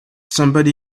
somebody